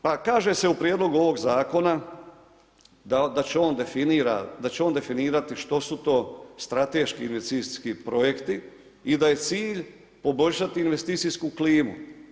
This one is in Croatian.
Pa kaže se u prijedlogu ovog zakona, da će on definirati što su to strateški investicijski projekti i da je cilj poboljšati investicijsku klimu.